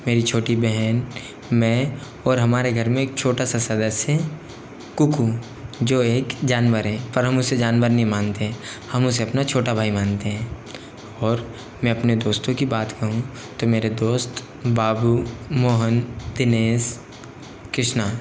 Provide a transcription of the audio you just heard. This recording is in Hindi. मेरी छोटी बहन मैं और हमारे घर में एक छोटा सा सदस्य कुकू जो एक जानवर है पर हम उसे जानवर नहीं मानते हम उसे अपना छोटा भाई मानते हैं और मैं अपने दोस्तों की बात कहूँ तो मेरे दोस्त बाबू मोहन दिनेश कृष्णा